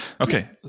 okay